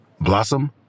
Blossom